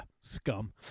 scum